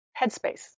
Headspace